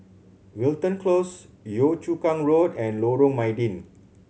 Wilton Close Yio Chu Kang Road and Lorong Mydin